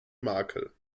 makel